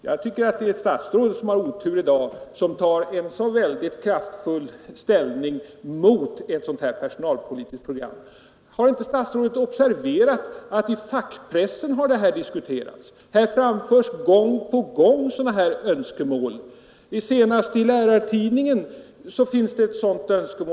Jag tycker att det är statsrådet som har otur i dag, som tar en så kraftig ställning mot ett sådant här personalpolitiskt program. Har inte statsrådet observerat att saken har diskuterats i fackpressen? I den framförs gång på gång sådana här önskemål, senast i rtidningens ledare.